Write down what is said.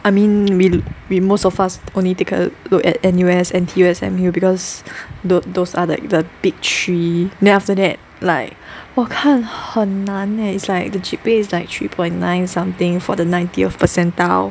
I mean we we most of us only take a look at N_U_S N_T_U S_M_U because those those are the big three then after that like 我看很难 leh it's like the G_P_A is like three point nine something for the ninetieth percentile